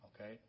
Okay